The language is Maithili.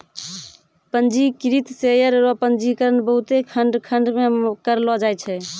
पंजीकृत शेयर रो पंजीकरण बहुते खंड खंड मे करलो जाय छै